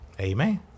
Amen